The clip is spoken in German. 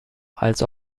als